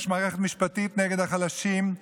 יש מערכת משפטית נגד החלשים,